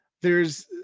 there's